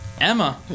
Emma